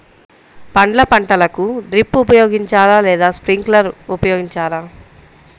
పండ్ల పంటలకు డ్రిప్ ఉపయోగించాలా లేదా స్ప్రింక్లర్ ఉపయోగించాలా?